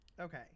Okay